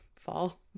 fall